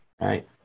right